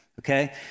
okay